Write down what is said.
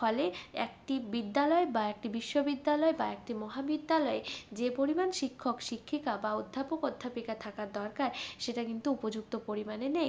ফলে একটি বিদ্যালয় বা একটি বিশ্ববিদ্যালয় বা একটি মহাবিদ্যালয়ে যে পরিমাণ শিক্ষক শিক্ষিকা বা অধ্যাপক অধ্যাপিকা থাকার দরকার সেটা কিন্তু উপযুক্ত পরিমাণে নেই